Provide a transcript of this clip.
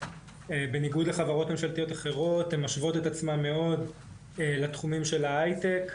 בניגוד לחברות ממשלתיות אחרות הן משוות את עצמן מאוד לתחומים של ההייטק,